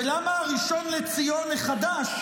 ולמה הראשון לציון החדש,